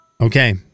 Okay